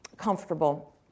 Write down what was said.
comfortable